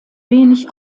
wenig